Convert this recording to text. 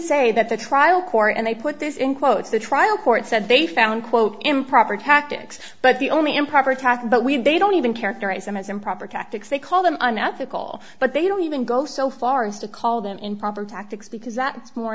say that the trial court and they put this in quotes the trial court said they found quote improper tactics but the only improper talk but when they don't even characterize them as improper tactics they call them unethical but they don't even go so far as to call them improper tactics because that it's more